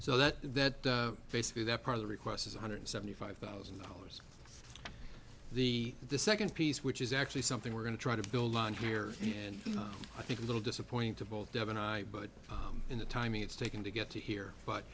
so that that basically that part of the request is one hundred seventy five thousand dollars the the second piece which is actually something we're going to try to build on here and i think a little disappointing to both devon i but in the time it's taken to get to here but